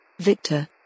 Victor